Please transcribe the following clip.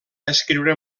escriure